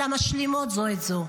אלא משלימות זו את זו.